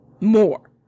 more